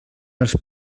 els